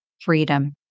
freedom